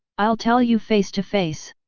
i'll tell you face to face!